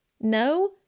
No